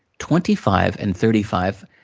twenty five and thirty five,